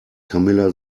camilla